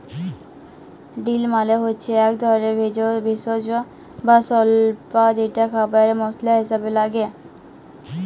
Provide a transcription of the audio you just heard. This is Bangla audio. ডিল মালে হচ্যে এক ধরলের ভেষজ বা স্বল্পা যেটা খাবারে মসলা হিসেবে লাগে